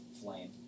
flame